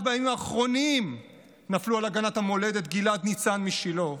רק בימים האחרונים נפלו על הגנת המולדת גלעד ניצן משילה,